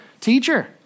teacher